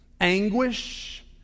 anguish